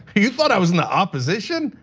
you thought i was in the opposition?